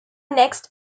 next